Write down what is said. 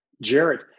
Jared